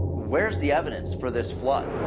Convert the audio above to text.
where's the evidence for this flood?